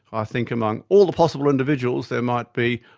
i think, among all the possible individuals there might be,